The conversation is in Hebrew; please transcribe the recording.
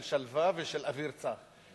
של שלווה ושל אוויר צח,